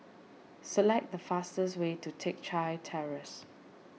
select the fastest way to Teck Chye Terrace